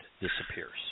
disappears